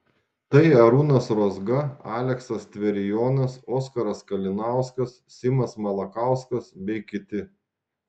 tai arūnas rozga aleksas tverijonas oskaras kalinauskas simas malakauskas bei kiti